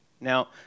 Now